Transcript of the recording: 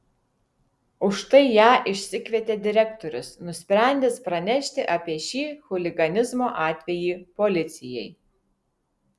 už tai ją išsikvietė direktorius nusprendęs pranešti apie šį chuliganizmo atvejį policijai